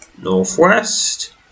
Northwest